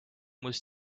was